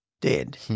dead